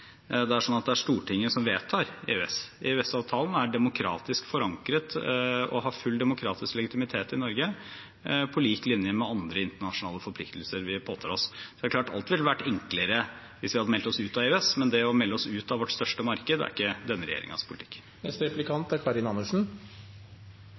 Det er Stortinget som vedtar EØS. EØS-avtalen er demokratisk forankret og har full demokratisk legitimitet i Norge, på lik linje med andre internasjonale forpliktelser vi påtar oss. Det er klart at alt ville vært enklere hvis vi hadde meldt oss ut av EØS, men det å melde oss ut av vårt største marked er ikke denne regjeringens politikk.